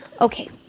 Okay